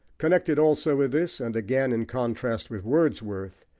connected also with this, and again in contrast with wordsworth,